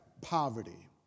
poverty